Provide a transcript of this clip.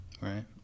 Right